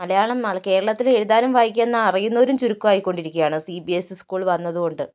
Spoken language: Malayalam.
മലയാളം കേരളത്തില് എഴുതാനും വായിക്കാനും അറിയുന്നവരും ചുരുക്കം ആയിക്കൊണ്ടിരിക്കുകയാണ് C B S C school വന്നത് കൊണ്ട്